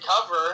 cover